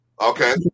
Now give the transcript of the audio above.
okay